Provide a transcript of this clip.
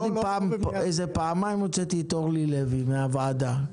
איזה פעמיים הוצאתי את אורלי לוי מהוועדה.